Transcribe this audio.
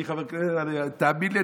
"אני חבר כנסת" תאמין לי,